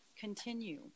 continue